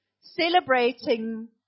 celebrating